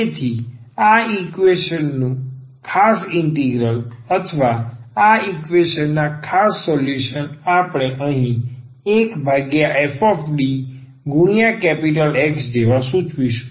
તેથી આ ઈકવેશન નું ખાસ ઇન્ટિગ્રલ અથવા આ ઈકવેશન ના ખાસ સોલ્યુશન આપણે અહીં 1fDX જેવા સૂચવીશું